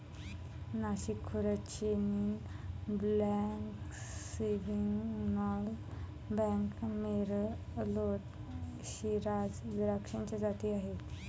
नाशिक खोऱ्यात chenin blanc, sauvignon blanc, merlot, shiraz द्राक्षाच्या जाती आहेत